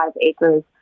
acres